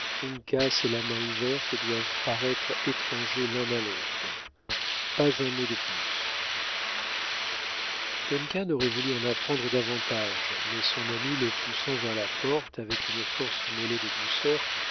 et la main ouverte doivent paraître étrangers l'un à l'autre pas un mot de plus duncan aurait voulu en apprendre davantage mais son ami le poussant vers la porte avec une force mêlée de douceur